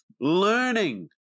learning